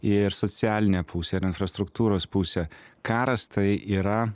ir socialinę pusę ir infrastruktūros pusę karas tai yra